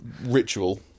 ritual